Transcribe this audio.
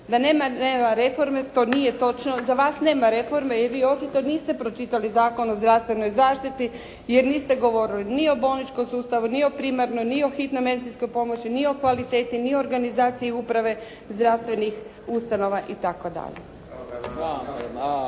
Da nema reforme to nije točno. Za vas nema reforme jer vi očito niste pročitali Zakon o zdravstvenoj zaštiti, jer niste govorili ni o bolničkom sustavu, ni o primarnoj, ni o hitnoj medicinskoj pomoći, ni o kvaliteti, ni o organizaciji uprave zdravstvenih ustanova itd.